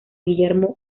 guillermo